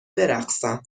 برقصم